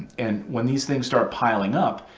and when these things start piling up,